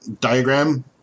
diagram